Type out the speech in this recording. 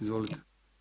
Izvolite.